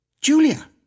Julia